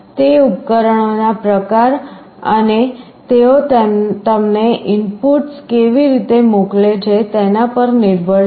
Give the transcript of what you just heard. તે ઉપકરણોના પ્રકાર અને તેઓ તમને ઇનપુટ્સ કેવી રીતે મોકલે છે તેના પર નિર્ભર છે